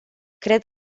cred